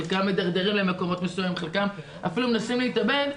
חלקם מידרדרים למקומות מסומים וחלקם אפילו מנסים להתאבד.